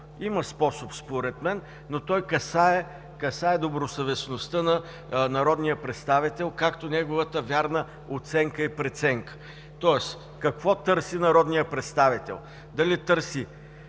има способ, но той касае добросъвестността на народния представител, както неговата вярна оценка и преценка. Тоест какво търси народният представител – дали търси